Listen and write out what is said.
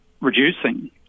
reducing